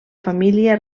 família